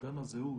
אובדן הזהות,